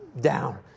down